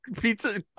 pizza